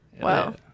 Wow